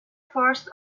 forced